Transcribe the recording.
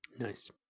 Nice